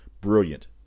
Brilliant